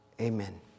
Amen